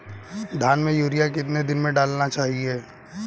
धान में यूरिया कितने दिन में डालना चाहिए?